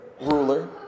ruler